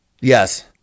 Yes